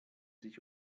sich